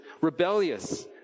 rebellious